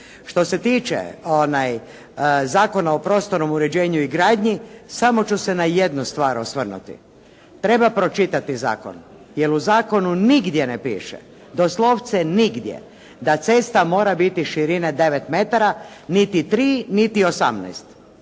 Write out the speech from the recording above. Što se tiče Zakona o prostornom uređenju i gradnji samo ću se na jednu stvar osvrnuti. Treba pročitati zakon, jer u zakonu nigdje ne piše, doslovce nigdje da cesta mora biti širine 9 metara, niti 3, niti 18.